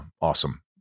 awesome